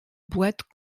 boîte